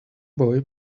boy